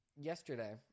yesterday